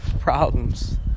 problems